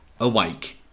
Awake